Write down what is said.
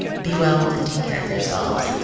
be well and take care of yourselves.